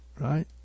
right